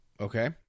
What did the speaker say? Okay